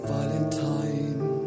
Valentine